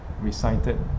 recited